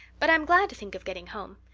but i'm glad to think of getting home.